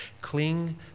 Cling